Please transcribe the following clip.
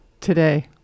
today